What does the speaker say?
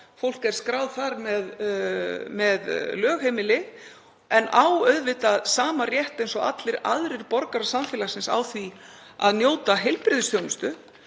Fólk er skráð þar með lögheimili en á auðvitað sama rétt og allir aðrir borgarar samfélagsins á því að njóta heilbrigðisþjónustu